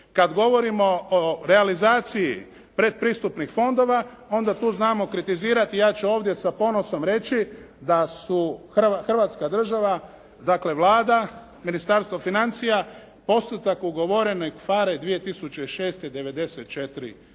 Kada govorimo o realizaciji predpristupnih fondova, onda tu znamo kritizirati, ja ću ovdje sa ponosom reći da su Hrvatska država, dakle, Vlada, Ministarstvo financija postotak ugovorene FARE 2006.